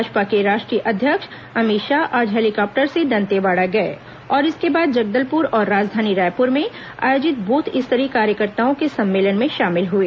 भाजपा के राष्ट्रीय अध्यक्ष अमित शाह आज हेलीकॉप्टर से दंतेवाड़ा गए और इसके बाद जगदलपुर और राजधानी रायपुर में आयोजित बूथ स्तरीय कार्यकर्ताओं के सम्मेलन में शामिल हुए